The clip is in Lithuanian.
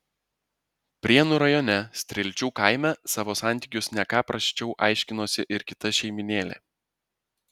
prienų rajone strielčių kaime savo santykius ne ką prasčiau aiškinosi ir kita šeimynėlė